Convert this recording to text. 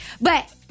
But-